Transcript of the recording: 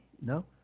No